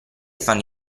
fanno